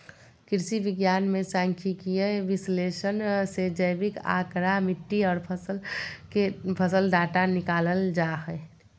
कृषि विज्ञान मे सांख्यिकीय विश्लेषण से जैविक आंकड़ा, मिट्टी आर फसल डेटा निकालल जा हय